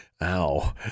ow